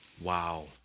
Wow